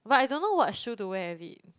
but I don't know what shoe to wear with it